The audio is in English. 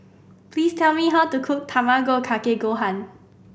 please tell me how to cook Tamago Kake Gohan